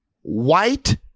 white